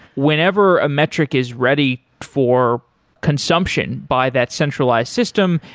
whenever a metric is ready for consumption by that centralized system,